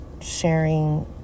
sharing